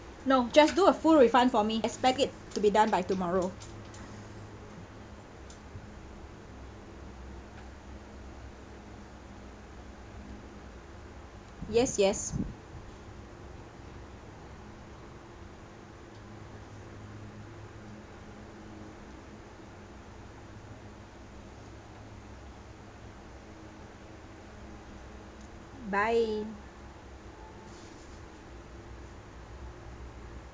no just do a full refund for me expect it to be done by tomorrow yes yes bye